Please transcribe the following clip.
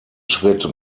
schritt